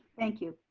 thank you.